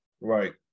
right